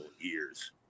years